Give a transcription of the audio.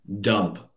Dump